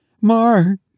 Mark